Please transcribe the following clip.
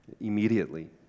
immediately